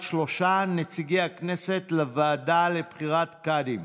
שלושה נציגי הכנסת לוועדה לבחירת קאדים: